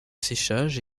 séchage